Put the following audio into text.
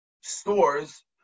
stores